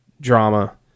drama